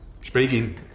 speaking